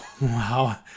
Wow